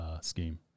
scheme